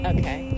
Okay